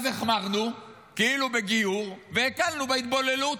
אז כאילו החמרנו בגיור, והקלנו בהתבוללות.